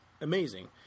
amazing